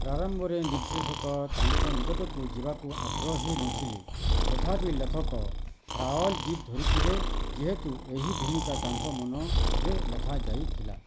ପ୍ରାରମ୍ଭରେ ନିର୍ଦେଶକ ତାଙ୍କ ନିକଟକୁ ଯିବାକୁ ଆଗ୍ରହୀ ନଥିଲେ ତଥାପି ଲେଖକ ରାୱଲ୍ ଜିଦ୍ ଧରିଥିଲେ ଯେହେତୁ ଏହି ଭୂମିକା ତାଙ୍କ ମନରେ ଲେଖା ଯାଇଥିଲା